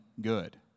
good